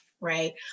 right